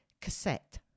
cassette